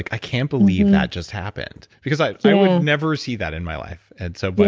i can't believe that just happened. because i i would never see that in my life. and so, but